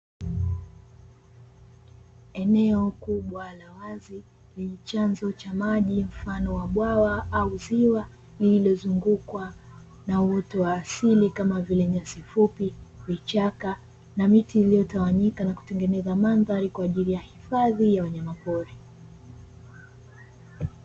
Eneo kubwa la wazi lenye chanzo cha maji mfano wa bwawa au ziwa lillozungukwa na uoto wa asili kama vile nyasi fupi, vichaka, na miti iliyotawanyika na kutengeneza mandhari kwa ajili ya hifadhi ya wanyama pori.